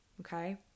Okay